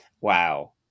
Wow